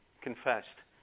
confessed